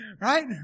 Right